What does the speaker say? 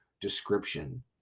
description